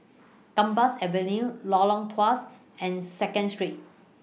Gambas Avenue Lorong Tawas and Second Street